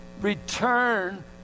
return